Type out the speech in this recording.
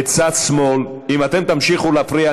בצד שמאל: אם אתם תמשיכו להפריע,